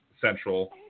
Central